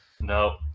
no